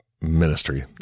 ministry